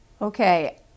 Okay